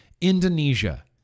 Indonesia